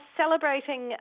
celebrating